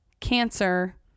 cancer